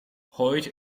hoyt